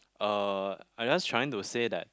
uh I just trying to say that